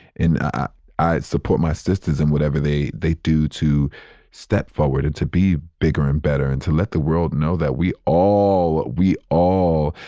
i support my sisters in whatever they they do to step forward, and to be bigger and better and to let the world know that we all, we all,